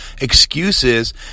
excuses